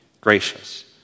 gracious